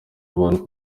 abantu